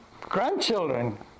grandchildren